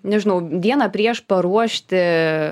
nežinau dieną prieš paruošti